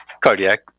cardiac